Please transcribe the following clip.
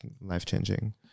life-changing